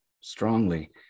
strongly